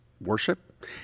worship